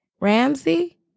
Ramsey